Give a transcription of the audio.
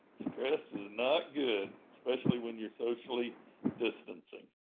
stress is not good, especially when you're socially distancing.